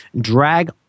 Drag